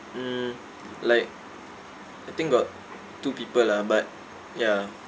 mm like I think got two people lah but ya